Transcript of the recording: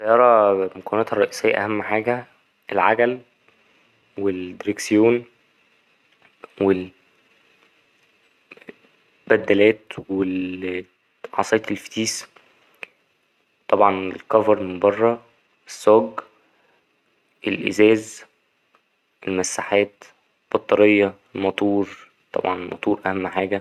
السيارة مكوناتها الرئيسية أهم حاجة العجل والدريكسيون والبدلات والعصاية الفتيس طبعا الكڤر من برا الصاج الإزاز المساحات البطارية الماتور طبعا الماتور أهم حاجة.